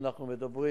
אנחנו מדברים: